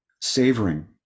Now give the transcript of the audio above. savoring